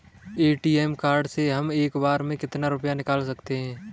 ATM card से हम एक बार में कितना रुपया निकाल सकते हैं?